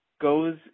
goes